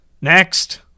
Next